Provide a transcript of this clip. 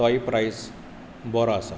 तोय प्रायस बरो आसा